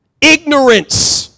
Ignorance